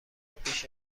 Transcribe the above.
پیش